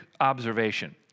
observation